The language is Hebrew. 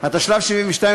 התשל"ב 1972,